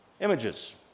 images